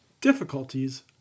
DIFFICULTIES